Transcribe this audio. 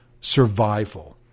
survival